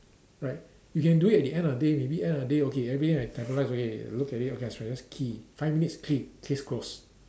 right you can do it at the end of the day maybe at the end of the day okay everyday I okay I look at it okay I should just key five minutes key case closed